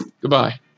Goodbye